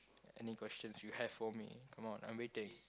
any questions you have for me come on i'm waiting